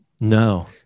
No